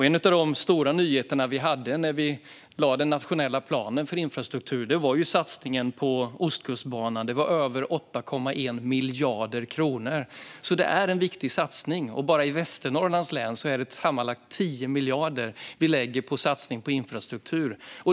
En av de stora nyheter vi hade när vi lade fram den nationella planen för infrastruktur var satsningen på Ostkustbanan. Det handlade om över 8,1 miljarder kronor. Detta är alltså en viktig satsning. Bara i Västernorrlands län lägger vi sammanlagt 10 miljarder på infrastruktursatsningar.